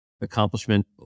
accomplishment